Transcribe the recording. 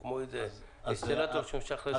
כמו אינסטלטור שמשחרר סתימות.